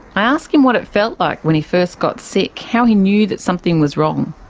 i asked him what it felt like when he first got sick, how he knew that something was wrong.